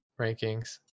rankings